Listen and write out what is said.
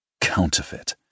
Counterfeit